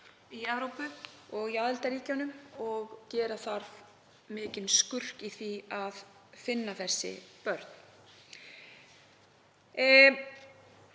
í Evrópu og í aðildarríkjunum, og gera þarf mikinn skurk í því að finna þau.